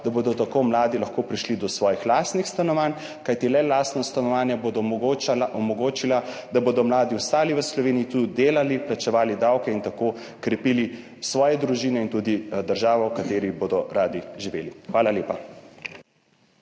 da bodo tako lahko mladi prišli do svojih lastnih stanovanj, kajti le lastna stanovanja bodo omogočila, da bodo mladi ostali v Sloveniji, tu delali, plačevali davke in tako krepili svoje družine in tudi državo, v kateri bodo radi živeli. Hvala lepa.